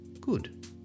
Good